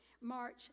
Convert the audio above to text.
March